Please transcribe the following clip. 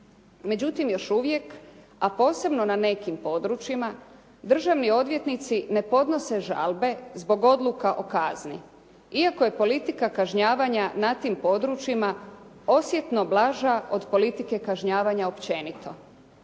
Međutim, još uvijek, a posebno na nekim područjima, državni odvjetnici ne podnose žalbe zbog odluka o kazni, iako je politika kažnjavanja na tim područjima osjetno blaža od politike kažnjavanja općenito.